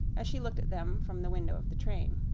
as she looked at them from the window of the train